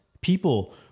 People